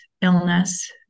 illness